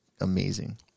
Amazing